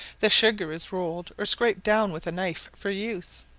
the sugar is rolled or scraped down with a knife for use,